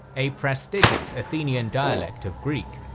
a prestigious athenian dialect of greek.